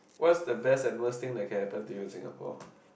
what is the best and worst thing that can happen to you in Singapore